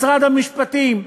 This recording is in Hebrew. משרד המשפטים,